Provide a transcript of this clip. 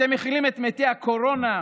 אתם מכילים את מתי הקורונה,